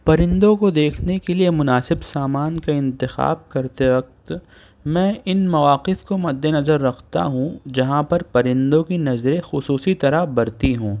پرندوں کو دیکھنے کے لئے مناسب سامان کا انتخاب کرتے وقت میں ان مواقف کو مد نظر رکھتا ہوں جہاں پر پرندوں کی نظریں خصوصی طرح برتی ہوں